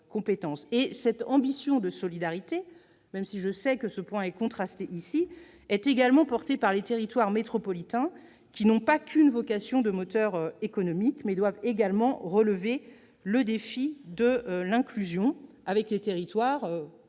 Cette ambition de solidarité, même si le Sénat en fait un constat contrasté, est également portée par les territoires métropolitains, qui n'ont pas qu'une vocation de moteur économique, mais qui doivent également relever le défi de l'inclusion avec les territoires auprès